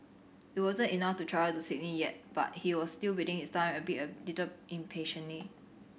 it wasn't enough to travel to Sydney yet but he was still biding his time albeit a little impatiently